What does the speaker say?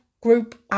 group